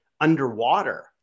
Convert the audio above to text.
underwater